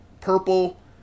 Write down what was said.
purple